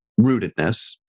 rootedness